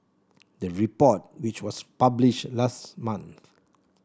the report which was published last month